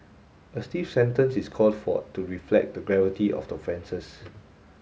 a stiff sentence is called for to reflect the gravity of the offences